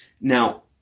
Now